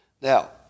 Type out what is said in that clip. Now